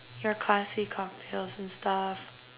your classy cocktails and stuff